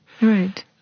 Right